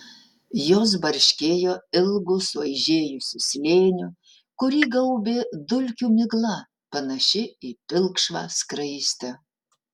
jos barškėjo ilgu suaižėjusiu slėniu kurį gaubė dulkių migla panaši į pilkšvą skraistę